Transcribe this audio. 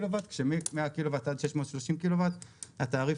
כשמ-100 קילו וואט עד 630 קילו וואט התעריף